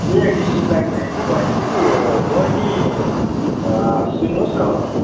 ए district लाइब्रेरीमै गरेको थिएँ कि ए बहिनी सुन्नुहोस् न